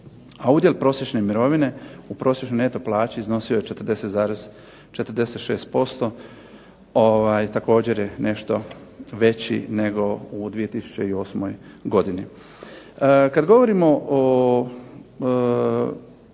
A udjel prosječne mirovine u prosječnoj neto plaći iznosio je 40,46%, također je nešto veći nego u 2008. godini. Kad govorimo o